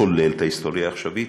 כולל את ההיסטוריה העכשווית,